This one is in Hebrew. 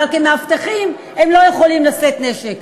אבל כמאבטחים הם לא יכולים לשאת נשק.